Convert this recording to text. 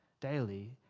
daily